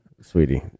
sweetie